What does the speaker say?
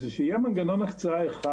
שיהיה מנגנון הקצאה אחד.